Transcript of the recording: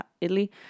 Italy